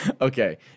Okay